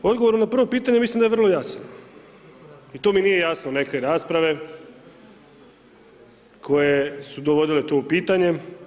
Odgovor na prvo pitanje mislim da je vrlo jasan i to mi nisu jasne neke rasprave koje su dovodile to u pitanje.